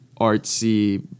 artsy